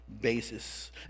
basis